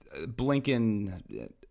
Blinken